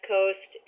Coast